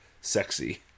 sexy